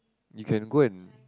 you can go and